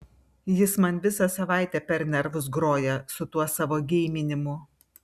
jis man visą savaitę per nervus groja su tuo savo geiminimu